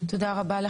תודה רבה.